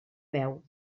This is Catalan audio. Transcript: veu